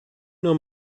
know